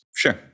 Sure